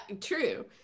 true